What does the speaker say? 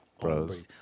bros